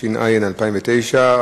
התש"ע 2009,